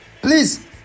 Please